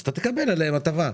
אז אתה תקבל עליהם הטבה.